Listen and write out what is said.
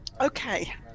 Okay